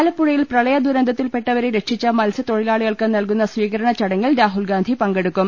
ആലപ്പുഴയിൽ പ്രളയദുരന്തത്തിൽപ്പെട്ടവരെ രക്ഷിച്ച മത്സ്യത്തൊ ഴിലാളികൾക്ക് നൽകുന്ന സ്വീകരണചടങ്ങിൽ രാഹുൽഗാന്ധി പങ്കെടു ക്കും